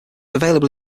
available